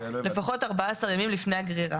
לפחות 14 ימים לפני הגרירה.